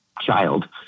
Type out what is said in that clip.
child